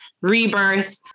rebirth